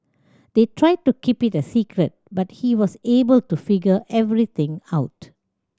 they tried to keep it a secret but he was able to figure everything out